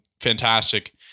fantastic